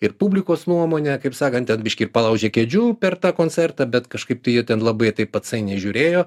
ir publikos nuomonė kaip sakant biškį palaužė kėdžių per tą koncertą bet kažkaip tai jie ten labai taip atsainiai žiūrėjo